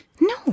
No